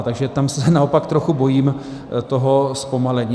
Takže tam se naopak trochu bojím toho zpomalení.